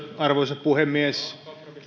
arvoisa puhemies